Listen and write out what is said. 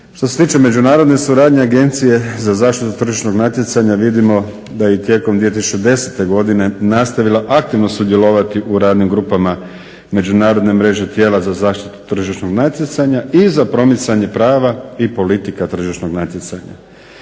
Što se tiče međunarodne suradnje Agencije za zaštitu tržišnog natjecanja vidimo da i tijekom 2010. godine nastavila aktivno sudjelovati u radnim grupama međunarodne mreže tijela za zaštitu tržišnog natjecanja i za promicanje prava i politika tržišnog natjecanja.